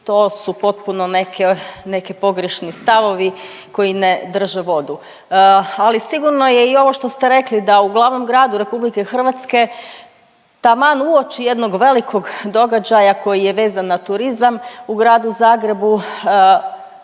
to su potpuno neke, neki pogrešni stavovi koji ne drže vodu. Ali sigurno je i ovo što ste rekli, da u glavnom gradu RH taman uoči jednog velikog događaja koji je vezan na turizam u gradu Zagrebu,